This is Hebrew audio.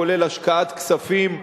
כולל השקעת כספים,